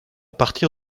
partir